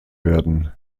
werden